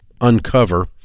uncover